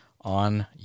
on